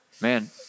Man